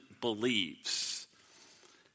believes